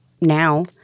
now